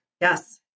Yes